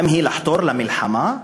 האם היא לחתור למלחמה?